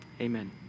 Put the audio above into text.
Amen